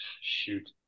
shoot